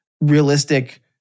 realistic